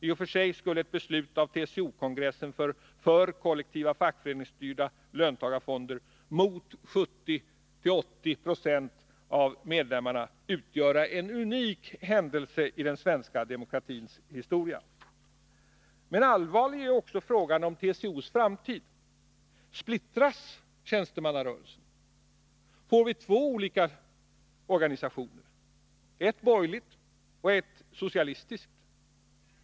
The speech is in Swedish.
I och för sig skulle ett beslut av TCO-kongressen för kollektiva fackföreningsstyrda löntagarfonder mot 70-80 26 av medlemmarnas önskan utgöra en unik händelse i den svenska demokratins historia. Men allvarlig är också frågan om TCO:s framtid. Splittras tjänstemannarörelsen? Får vi två olika organisationer — en borgerlig och en socialistisk?